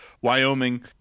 wyoming